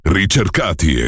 ricercati